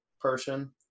person